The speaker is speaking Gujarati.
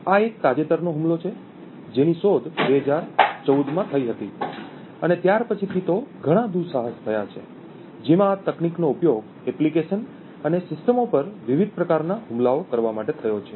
આ એક તાજેતરનો હુમલો છે જેની શોધ 2014 માં થઈ હતી અને ત્યાર પછીથી તો ઘણાં દુઃસાહશ થયાં છે જેમાં આ તકનીકનો ઉપયોગ એપ્લિકેશન અને સિસ્ટમો પર વિવિધ પ્રકારના હુમલાઓ કરવા માટે થયો છે